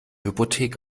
hypothek